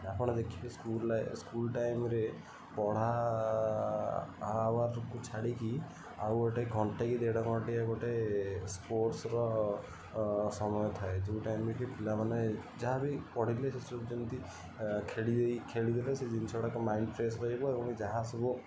ଆପଣ ଦେଖିବେ ସ୍କୁଲ ଲାଇ ସ୍କୁଲ ଟାଇମରେ ପଢ଼ା ଆୱାରକୁ ଛାଡ଼ିକି ଆଉ ଗୋଟେ ଘଣ୍ଟେ କି ଦେଢ଼ ଘଣ୍ଟିଆ ଗୋଟେ ସ୍ପୋର୍ଟର ସମୟ ଥାଏ ଯେଉଁ ଟାଇମ କି ପିଲାମାନେ ଯାହା ବି ପଢ଼ିଲେ ସେ ସବୁ ଯେମିତି ଖେଳି ଦେଇ ଖେଳି ଦେଲେ ସେ ଜିନିଷ ଗୁଡ଼ାକ ମାଇଣ୍ଡ ଫ୍ରେସ୍ ରହିବ ଏବଂ ଯାହା ସବୁ